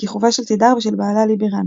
בכיכובה של תדהר ושל בעלה לי בירן.